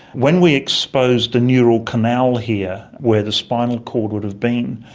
when we exposed the neural canal here where the spinal cord would have been,